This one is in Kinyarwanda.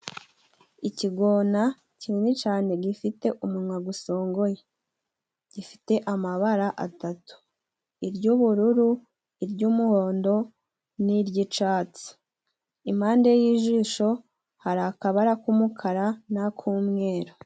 Ikigona kinini cane gifite umunwa gusongoye gifite amabara atatu iry'ubururu iry'umuhondo n'iry'icatsi impande y'ijisho hari akabara k'umukara n'ak'umweru.